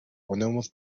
ponemos